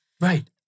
Right